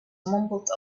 mumbled